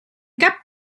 cap